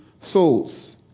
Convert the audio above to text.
souls